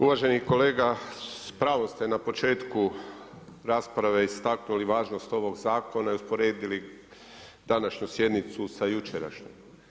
Uvaženi kolega s pravom ste na početku rasprave istaknuli važnost ovog zakona i usporedili današnju sjednicu sa jučerašnjom.